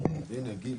הצבעה לא אושר.